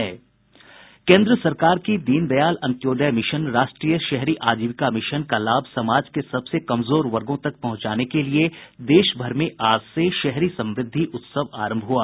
केंद्र सरकार की दीनदयाल अंत्योदय मिशन राष्ट्रीय शहरी आजीविका मिशन का लाभ समाज के सबसे कमजोर वर्गों तक पहुंचाने लिये देशभर में आज से शहरी समृद्धि उत्सव आरंभ हुआ